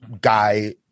guy